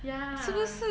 ya